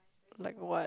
like what